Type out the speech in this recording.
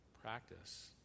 practice